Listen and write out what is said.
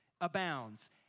abounds